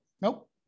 Nope